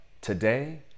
Today